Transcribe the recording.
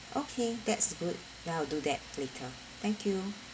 okay that's good then I will do that later thank you